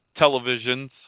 televisions